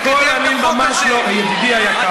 קודם כול, אני ממש לא, ידידי היקר,